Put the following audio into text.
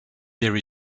there